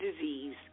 disease